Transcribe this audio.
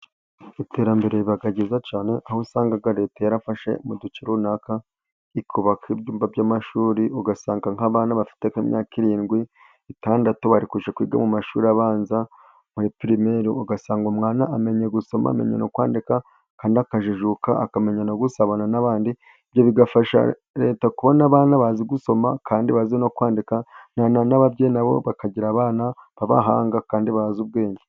Iterambere riba ryizaa cyane ,aho usanga leta yarafashe mu duce runaka ikubaka ibyumba by'amashuri ,ugasanga nk'abana bafite imyaka irindwi ,itandatu bari kujya kwiga mu mashuri abanza muri pirimeri ,ugasanga umwana amenya gusoma no kwandika ,kandi akajijuka akamenya no gusabana n'abandi ibyo bigafasha leta kubona abana bazi gusoma kandi bazi no kwandika ,n'ababyeyi na bo bakagira abana b'abahanga, kandi bazi ubwenge.